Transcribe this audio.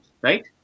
right